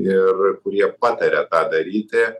ir kurie pataria tą daryti